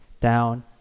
down